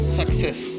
success